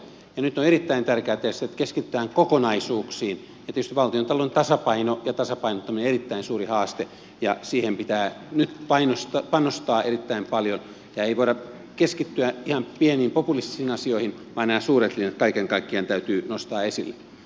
nyt on erittäin tärkeää tietysti se että keskitytään kokonaisuuksiin ja tietysti valtiontalouden tasapaino ja tasapainottaminen ovat erittäin suuri haaste ja siihen pitää nyt panostaa erittäin paljon ja ei voida keskittyä ihan pieniin populistisiin asioihin vaan nämä suuret linjat kaiken kaikkiaan täytyy nostaa esille